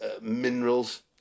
minerals